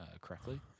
correctly